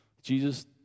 Jesus